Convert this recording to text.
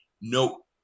no